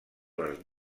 les